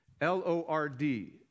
L-O-R-D